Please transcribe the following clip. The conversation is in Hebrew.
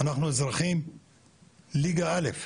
אנחנו אזרחים ליגה א'.